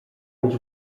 być